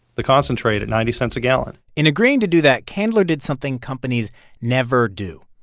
the concentrate, at ninety cents a gallon in agreeing to do that, candler did something companies never do.